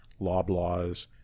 Loblaws